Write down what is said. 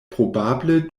probable